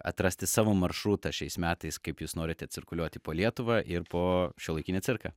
atrasti savo maršrutą šiais metais kaip jūs norite cirkuliuoti po lietuvą ir po šiuolaikinį cirką